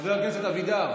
חבר הכנסת אבידר.